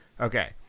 okay